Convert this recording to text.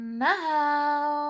now